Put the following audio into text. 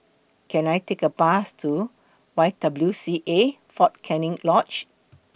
Can I Take A Bus to Y W C A Fort Canning Lodge